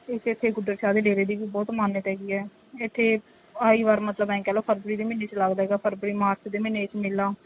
ਇੱਕ ਇੱਥੇ ਗੁੱਦਰ ਸ਼ਾਹ ਦੇ ਡੇਰੇ ਦੀ ਵੀ ਬਹੁਤ ਮਾਨਤ ਹੈਗੀ ਹੈ ਇੱਥੇ ਆਈ ਵਾਰ ਮਤਲਬ ਐਂ ਕਹਿ ਲਉ ਫਰਬਰੀ ਦੇ ਮਹੀਨੇ 'ਚ ਲੱਗਦਾ ਹੈਗਾ ਫਰਬਰੀ ਮਾਰਚ ਦੇ ਮਹੀਨੇ 'ਚ ਮੇਲਾ